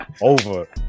Over